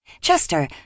Chester